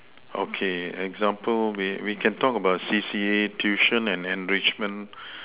okay example we we can talk about C_C_A tuition and enrichment